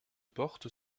porte